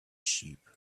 sheep